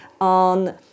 on